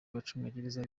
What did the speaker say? abacungagereza